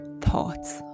thoughts